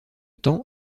temps